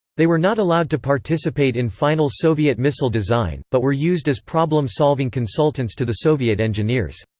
they were not allowed to participate in final soviet missile design, but were used as problem-solving consultants to the soviet engineers.